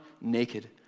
naked